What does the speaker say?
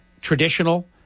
traditional